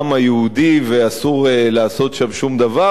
אתה צריך שהשטח קודם יהיה שלך,